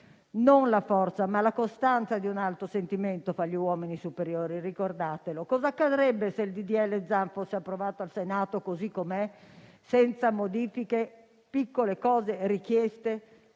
Non la forza, ma la costanza di un alto sentimento, fa gli uomini superiori. Ricordatelo. Cosa accadrebbe se il disegno di legge Zan fosse approvato al Senato così com'è, senza modifiche? Piccole richieste,